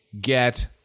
get